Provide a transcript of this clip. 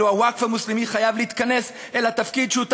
ואילו הווקף המוסלמי חייב להתכנס אל התפקיד שהותר